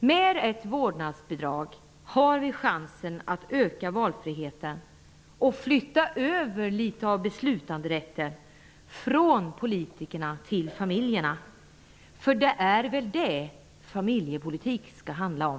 Med ett vårdnadsbidrag har vi chansen att öka valfriheten och flytta över litet av beslutanderätten från politikerna till familjerna. Det är väl det som familjepolitik skall handla om?